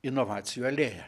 inovacijų alėja